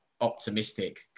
optimistic